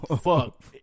Fuck